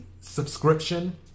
subscription